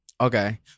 Okay